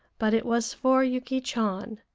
but it was for yuki chan,